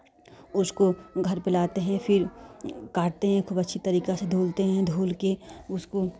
उसको घर पर लाते हैं फ़िर काटते हैं खूब अच्छी तरीका से धूलते हैं धूलकर उसको